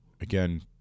Again